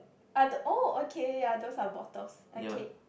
are the oh okay ya those are bottles okay